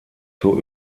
zur